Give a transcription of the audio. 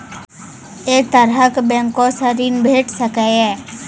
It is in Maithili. ऐ तरहक बैंकोसऽ ॠण भेट सकै ये?